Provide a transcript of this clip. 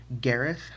Gareth